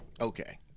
okay